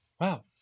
Wow